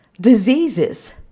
diseases